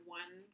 one